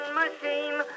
machine